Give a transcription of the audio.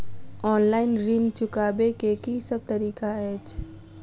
Online ऋण चुकाबै केँ की सब तरीका अछि?